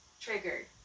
Triggered